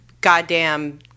goddamn